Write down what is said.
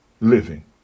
living